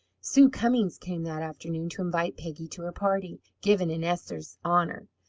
sue cummings came that afternoon to invite peggy to her party, given in esther's honour.